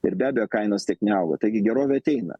ir be abejo kainos tiek neaugo taigi gerovė ateina